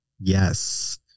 Yes